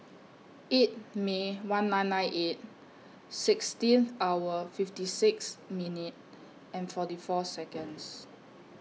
eight May one nine nine eight sixteen hour fifty six minute and forty four Seconds